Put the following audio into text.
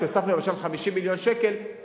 כשהוספנו למשל 50 מיליון שקל,